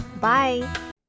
Bye